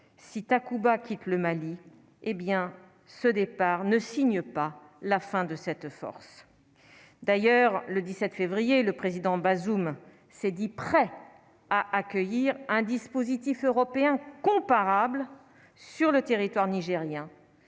si Takuba quitte le Mali, hé bien, ce départ ne signe pas la fin de cette force d'ailleurs le 17 février le président Bazoum s'est dit prêt à accueillir un dispositif européen comparables sur le territoire nigérien